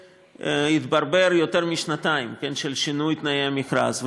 התברבר יותר משנתיים של שינוי תנאי המכרז,